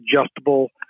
adjustable